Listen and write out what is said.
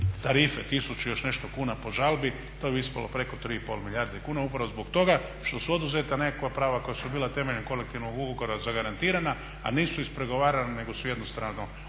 tarife 1000 i još nešto kuna po žalbi, to bi ispalo preko 3,5 milijarde kuna upravo zbog toga što su oduzeta nekakva prava koja su bila temeljem kolektivnog ugovora zagarantirana, a nisu ispregovarana nego su jednostrano oduzeta.